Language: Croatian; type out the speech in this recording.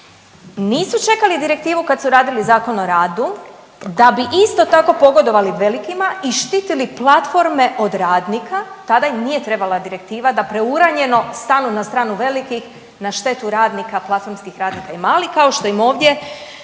Nisu čekali direktivu kad su radili Zakon o radu da bi isto tako pogodovali velikima i štitili platforme od radnika, tada im nije trebala direktiva da preuranjeno stanu na stranu velikih na štetu radnika, platformskih radnika i malih kao što im ovdje